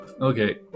Okay